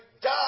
Die